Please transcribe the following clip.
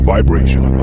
Vibration